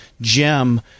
gem